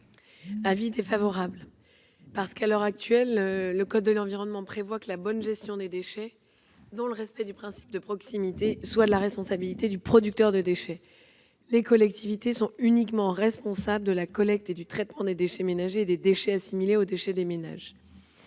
Avis favorable. Quel est l'avis du Gouvernement ? Le code de l'environnement prévoit que la bonne gestion des déchets, dans le respect du principe de proximité, est de la responsabilité du producteur de ces déchets. Les collectivités sont uniquement responsables de la collecte et du traitement des déchets ménagers et des déchets assimilés. Le dispositif